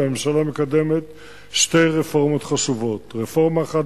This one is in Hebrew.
והממשלה מקדמת שתי רפורמות חשובות: רפורמה אחת